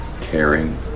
caring